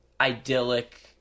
idyllic